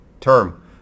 term